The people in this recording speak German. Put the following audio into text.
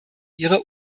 ihrer